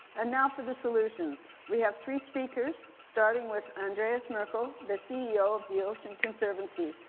and now for the solutions. we have three speakers, starting with andreas merkl, the ceo of the ocean conservancy,